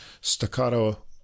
staccato